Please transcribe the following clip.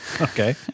Okay